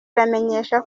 iramenyesha